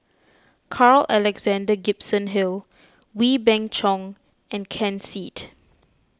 Carl Alexander Gibson Hill Wee Beng Chong and Ken Seet